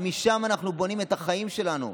ומשם אנחנו בונים את החיים שלנו.